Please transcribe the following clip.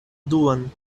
duan